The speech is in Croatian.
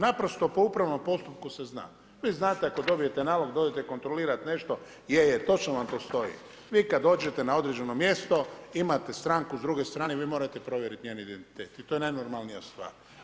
Naprosto po upravnom postupku se zna, vi znate ako dobijete nalog da odete kontrolirati nešto, je, je točno vam tu stoji, vi kada dođete na određeno mjesto imate stranku s druge strane, vi morate provjerit njen identitet i to je najnormalnija stvar.